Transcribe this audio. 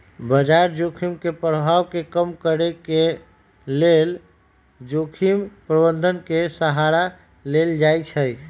बजार जोखिम के प्रभाव के कम करेके लेल जोखिम प्रबंधन के सहारा लेल जाइ छइ